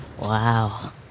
Wow